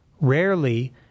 Rarely